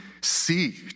see